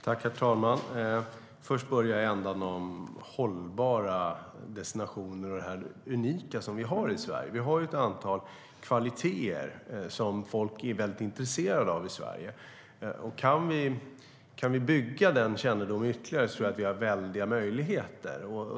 Herr talman! Jag ska börja med att säga något om hållbara destinationer och det unika som vi har i Sverige. Vi har ett antal kvaliteter i Sverige som folk är mycket intresserade av. Kan vi bygga på denna kännedom ytterligare tror jag att vi har stora möjligheter.